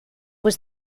was